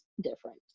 different